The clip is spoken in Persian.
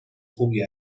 خوبی